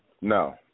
No